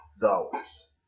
dollars